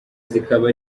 zikaba